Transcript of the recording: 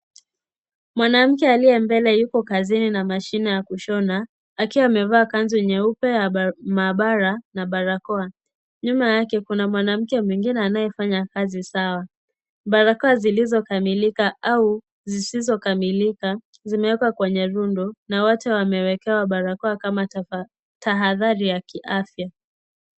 Mwanamke aliye mbele yuko kazini na mashine ya kushona akiwa amevaa kanzu nyeupa ya maabara na barakoa. Nyuma yake kuna mwanamke mwengine anayefanya kazi sawa. Barakoa zilizokamilika au zisizokamilika zimewekwa kwenye rundo na wote wamewekewa barakoa kama tahadhari ya kiafya.